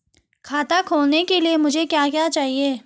खाता खोलने के लिए मुझे क्या क्या चाहिए?